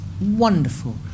wonderful